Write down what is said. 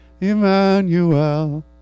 Emmanuel